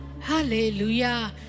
Hallelujah